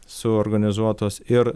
suorganizuotos ir